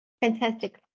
Fantastic